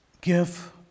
Give